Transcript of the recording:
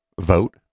vote